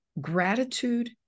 gratitude